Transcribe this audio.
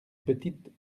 petites